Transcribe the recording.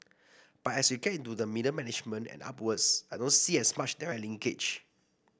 but as we get to the middle management and upwards I don't see as much direct linkage